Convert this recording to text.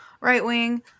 right-wing